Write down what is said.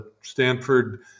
Stanford